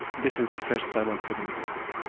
this is the first time i'm telling that.